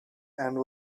and